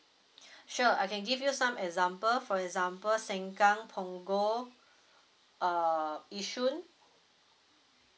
sure I can give you some example for example sengkang punggol uh yishun